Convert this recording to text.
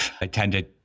attended